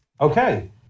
Okay